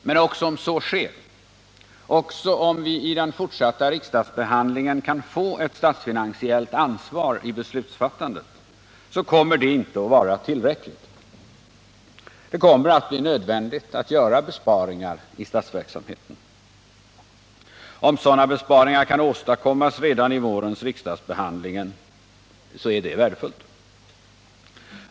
Men också om så sker, också om vi i den fortsatta riksdagsbehandlingen kan få ett statsfinansiellt ansvar i beslutsfattandet, kommer detta inte att vara tillräckligt. Det kommer att bli nödvändigt att göra besparingar i statsverksamheten. Om sådana besparingar kan åstadkommas redan i vårens riksdagsbehandling vore det värdefullt.